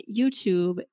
YouTube